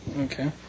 Okay